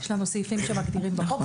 יש לנו סעיפים שמגדירים בחוק.